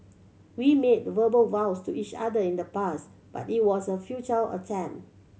we made verbal vows to each other in the past but it was a attempt